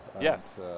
Yes